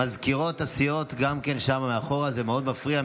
מזכירות הסיעות גם כן שם מאחור, זה מאוד מפריע.